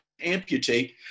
amputate